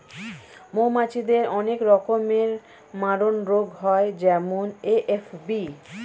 মৌমাছিদের অনেক রকমের মারণরোগ হয় যেমন এ.এফ.বি